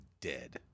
dead